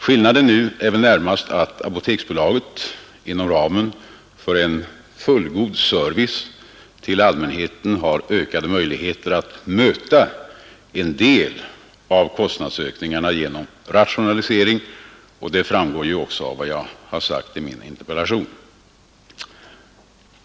Skillnaden nu är väl närmast att Apoteksbolaget inom ramen för en fullgod service till allmänheten har ökade möjligheter att möta en del av kostnadsökningarna genom rationalisering, och det framgår också av vad jag sagt i mitt interpellationssvar.